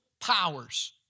powers